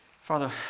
Father